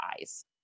eyes